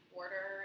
order